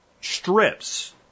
strips